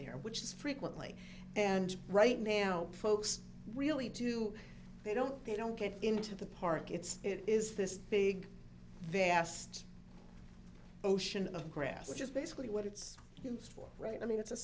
there which is frequently and right now folks really do they don't they don't get into the park it's it is this big vast ocean of grass which is basically what it's for right i mean it's a